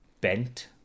Bent